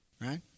right